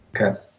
Okay